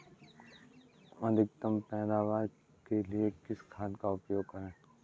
अधिकतम पैदावार के लिए किस खाद का उपयोग करें?